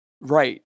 right